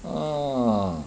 ah